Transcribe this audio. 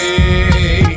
Hey